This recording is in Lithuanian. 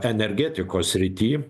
energetikos srity